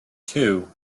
two